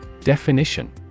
Definition